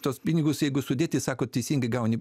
tuos pinigus jeigu sudėti sakot teisingai gauni